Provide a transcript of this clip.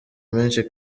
menshi